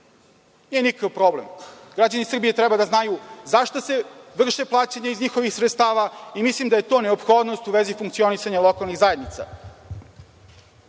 Nije nikakav problem. Građani Srbije treba da znaju za šta se vrše plaćanja iz njihovih sredstava i mislim da je to neophodnost u vezi funkcionisanja lokalnih zajednica. Ovaj